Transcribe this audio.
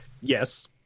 yes